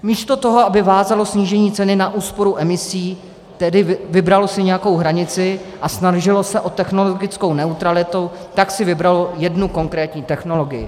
Místo toho, aby vázalo snížení ceny na úsporu emisí, tedy vybralo si nějakou hranici a snažilo se o technologickou neutralitu, tak si vybralo jednu konkrétní technologii.